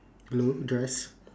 blue dress